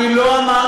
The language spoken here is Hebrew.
אני לא אמרתי,